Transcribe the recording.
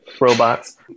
robots